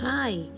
Hi